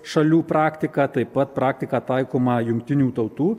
šalių praktiką taip pat praktiką taikomą jungtinių tautų